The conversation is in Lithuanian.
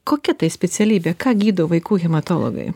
kokia tai specialybė ką gydo vaikų hematologai